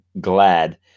Glad